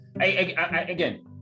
again